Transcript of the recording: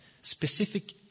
specific